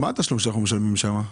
מה גובה התשלום שאנחנו משלמים שם?